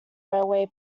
railway